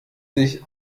sich